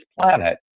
planet